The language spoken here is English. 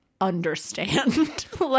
understand